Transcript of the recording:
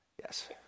Yes